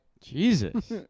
Jesus